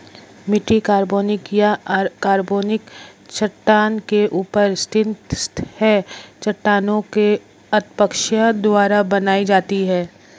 मिट्टी कार्बनिक या अकार्बनिक चट्टान के ऊपर स्थित है चट्टानों के अपक्षय द्वारा बनाई जाती है